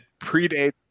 predates